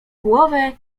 głowę